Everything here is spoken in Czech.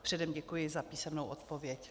Předem děkuji za písemnou odpověď.